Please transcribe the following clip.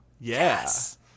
Yes